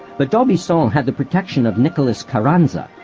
but d'aubuisson had the protection of nicolas carranza,